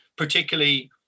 particularly